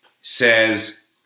says